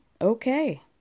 Okay